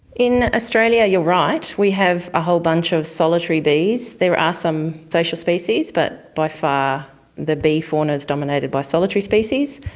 in australia, you're right, we have a whole bunch of solitary bees. there are some social species but by far the bee fauna is dominated by solitary species.